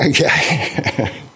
Okay